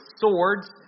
swords